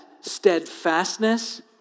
steadfastness